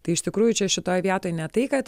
tai iš tikrųjų čia šitoj vietoj ne tai kad